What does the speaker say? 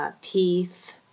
teeth